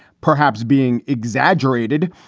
perhaps being exaggerated,